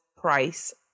price